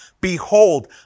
Behold